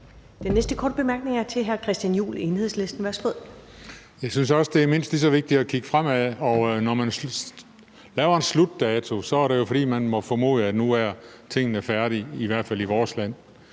Den næste korte bemærkning er til hr. Christian Juhl, Enhedslisten. Værsgo. Kl. 15:37 Christian Juhl (EL): Jeg synes også, at det er mindst lige så vigtigt at kigge fremad, og når man laver en slutdato, er det jo, fordi man må formode, at tingene er færdige, i hvert fald i vores land.